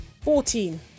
Fourteen